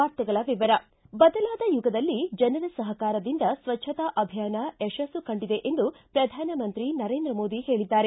ವಾರ್ತೆಗಳ ವಿವರ ಬದಲಾದ ಯುಗದಲ್ಲಿ ಜನರ ಸಹಕಾರದಿಂದ ಸ್ವಚ್ದತಾ ಅಭಿಯಾನ ಯಶಸ್ಸು ಕಂಡಿದೆ ಎಂದು ಪ್ರಧಾನಮಂತ್ರಿ ನರೇಂದ್ರ ಮೋದಿ ಹೇಳಿದ್ದಾರೆ